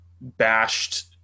bashed